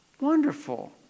Wonderful